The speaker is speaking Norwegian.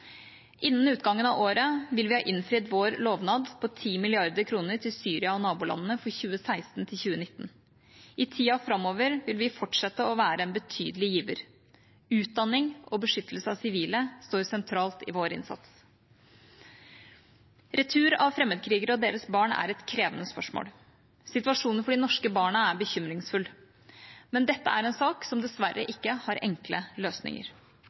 Innen utgangen av året vil vi ha innfridd vår lovnad om 10 mrd. kr til Syria og nabolandene for 2016–2019. I tida framover vil vi fortsette å være en betydelig giver. Utdanning og beskyttelse av sivile står sentralt i vår innsats. Retur av fremmedkrigere og deres barn er et krevende spørsmål. Situasjonen for de norske barna er bekymringsfull. Men dette er en sak som dessverre ikke har enkle løsninger.